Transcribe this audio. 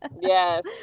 Yes